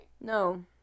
No